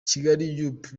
kigaliup